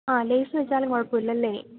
ആ ലെയ്സ് വെച്ചാലും കുഴപ്പിമില്ല അല്ലെ